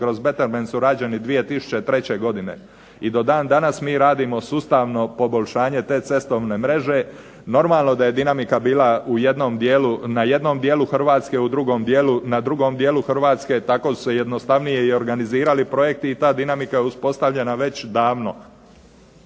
kroz betterment su rađeni 2003. godine. I do dan danas mi radimo sustavno poboljšanje te cestovne mreže. Normalno da je dinamika bila u jednom dijelu na jednom dijelu Hrvatske, u drugom dijelu na drugom dijelu Hrvatske, tako su se jednostavnije i organizirali projekti, i ta dinamika je uspostavljena već davno.